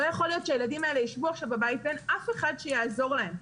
לא יכול להיות שהילדים האלה יישבו עכשיו בבית ואין אף אחד שיעזור להם.